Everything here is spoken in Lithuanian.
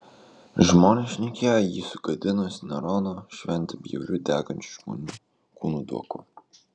žmonės šnekėjo jį sugadinus nerono šventę bjauriu degančių žmonių kūnų dvoku